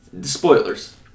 spoilers